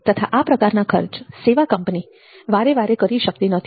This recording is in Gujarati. તથા આ પ્રકારના ખર્ચ સેવા કંપની વારેવારે કરી શકતી નથી